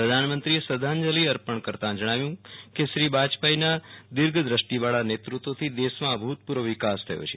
પ્રધાનમંત્રીએ શ્રધ્ધાંજલિ અર્પણ કરતા જણાવ્યુ કે શ્રી બાજપાઈના દીર્ઘદષ્ટિવાળા નેતૃ ત્વથી દેશમાં અભુતપુર્વ વિકાસ થયો છે